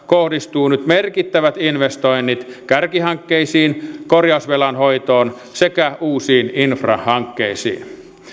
kohdistuu nyt merkittävät investoinnit kärkihankkeisiin korjausvelan hoitoon sekä uusiin infrahankkeisiin